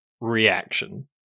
reaction